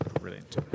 Brilliant